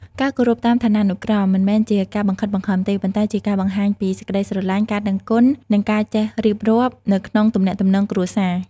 ការគោរពតាមឋានានុក្រម មិនមែនជាការបង្ខិតបង្ខំទេ ប៉ុន្តែជាការបង្ហាញពី សេចក្តីស្រលាញ់ ការដឹងគុណ និងការចេះរៀបរាប់ នៅក្នុងទំនាក់ទំនងគ្រួសារ។